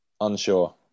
unsure